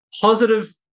positive